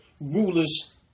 rulers